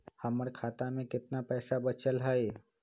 हमर खाता में केतना पैसा बचल हई?